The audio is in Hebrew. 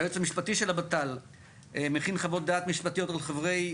היועץ המשפטי של הביטוח הלאומי מכין חוות דעת משפטיות לחברי